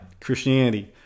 Christianity